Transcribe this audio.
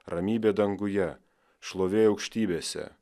ramybė danguje šlovė aukštybėse